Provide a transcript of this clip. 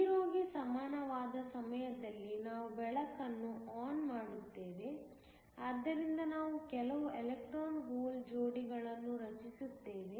0 ಕ್ಕೆ ಸಮಾನವಾದ ಸಮಯದಲ್ಲಿ ನಾವು ಬೆಳಕನ್ನು ಆನ್ ಮಾಡುತ್ತೇವೆ ಆದ್ದರಿಂದ ನಾವು ಕೆಲವು ಎಲೆಕ್ಟ್ರಾನ್ ಹೋಲ್ ಜೋಡಿಗಳನ್ನು ರಚಿಸುತ್ತೇವೆ